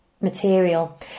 material